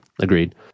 Agreed